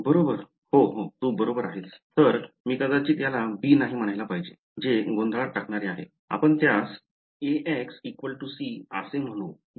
बरोबर हो तू बरोबर आहेस तर मी कदाचित याला b नाही म्हणायला पाहिजे जे गोंधळात टाकणारे आहे आपण त्यास Ax c असे म्हणू बरोबर